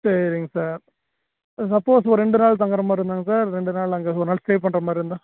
சரிங்க sir suppose ஒரு ரெண்டு நாள் தங்குறமாதிரி இருந்தாங்க சார் ரெண்டு நாள் அங்கே ஒரு நாள் ஸ்டே பண்ணுற மாதிரி இருந்தால்